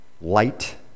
light